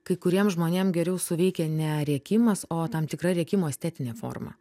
kai kuriem žmonėm geriau suveikia ne rėkimas o tam tikra rėkimo estetinė forma